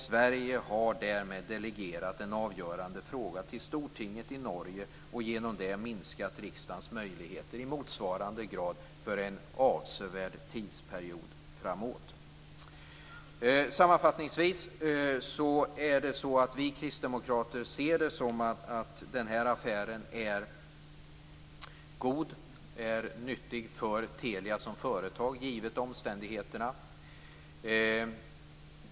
Sverige har därmed delegerat en avgörande fråga till Stortinget i Norge och genom det minskat riksdagens möjligheter i motsvarande grad för en avsevärd tidsperiod framåt. Sammanfattningsvis ser vi kristdemokrater det så att affären är god och nyttig för Telia som företag, givet omständigheterna.